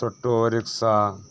ᱴᱳᱴᱳ rickshaw